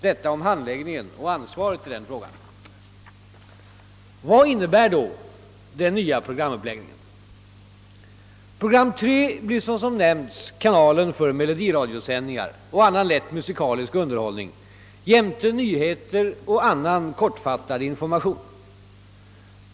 Detta om handläggningen och ansvaret i denna fråga. Vad innebär då den nya programuppläggningen? Program 3 blir såsom nämnts kanalen för melodiradiosändningar och annan lätt musikalisk underhållning jämte nyheter och annan kortfattad information.